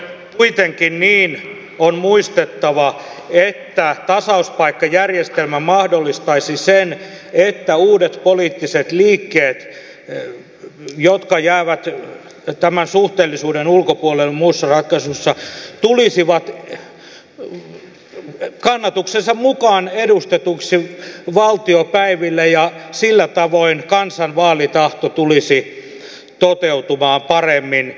kuitenkin on muistettava että tasauspaikkajärjestelmä mahdollistaisi sen että uudet poliittiset liikkeet jotka jäävät tämän suhteellisuuden ulkopuolelle muissa ratkaisuissa tulisivat kannatuksensa mukaan edustetuiksi valtiopäiville ja sillä tavoin kansan vaalitahto tulisi toteutumaan paremmin